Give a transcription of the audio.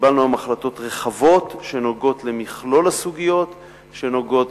קיבלנו היום החלטות רחבות שנוגעות למכלול הסוגיות שנוגעות